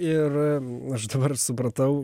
ir aš dabar supratau